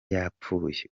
yapfuye